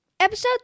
Episode